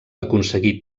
aconseguí